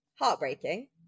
heartbreaking